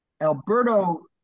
Alberto